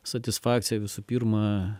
satisfakciją visų pirma